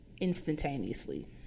Instantaneously